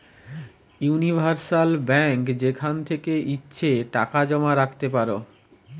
universal bank যেখান থেকে ইচ্ছে টাকা জমা রাখতে পারো